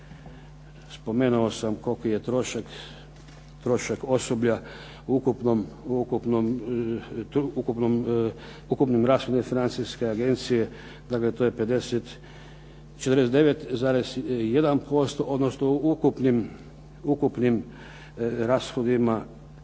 Spomenuo sam koliki je trošak osoblja u ukupnim rashodima Financijske agencije, dakle to je 49,1%, odnosno ukupnim rashodima kad se pribroje